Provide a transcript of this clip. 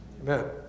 Amen